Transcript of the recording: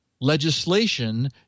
legislation